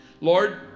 Lord